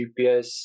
GPS